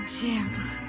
Jim